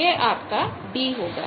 यह आपका d होगा